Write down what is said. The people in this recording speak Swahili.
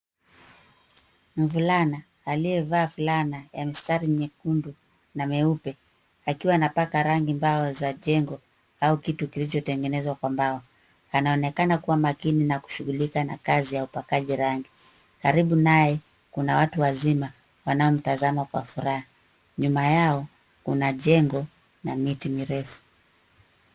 Mvulana aliyevaa fulana ya mistari nyekundu na meupe akiwa anapaka rangi mbao za jengo au kitu kilichotengenezwa kwa mbao. Anaonekana kuwa makini na kushughulika na kazi ya upakaji rangi. Karibu naye kuna watu wazima wanaomtazama kwa furaha. Nyuma yao kuna jengo na miti mirefu.